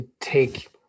take